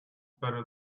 better